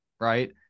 right